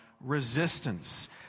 resistance